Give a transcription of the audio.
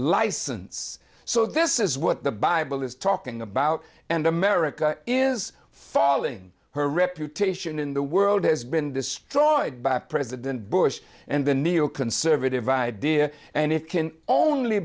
license so this is what the bible is talking about and america is falling her reputation in the world has been destroyed by president bush and the neo conservative idea and it can only